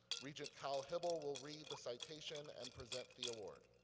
regent kyle hybl will read the citation and present the award.